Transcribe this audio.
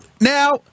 now